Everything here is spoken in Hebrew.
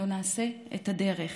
אנחנו נעשה את הדרך,